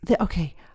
Okay